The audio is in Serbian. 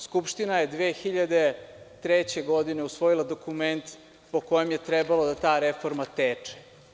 Skupština je 2003. godine usvojila dokument po kojem je trebalo ta reforma da teče.